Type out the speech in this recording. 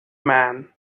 man